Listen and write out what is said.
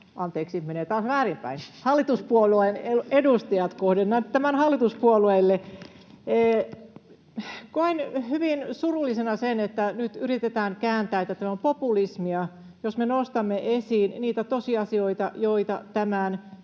anteeksi, menee taas väärinpäin — ...hallituspuolueen edustajat, kohdennan tämän hallituspuolueille, koen hyvin surullisena sen, että nyt yritetään kääntää niin, että tämä on populismia, jos me nostamme esiin niitä tosiasioita, joita tämän